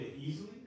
easily